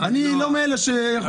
אני לא מאלה ש,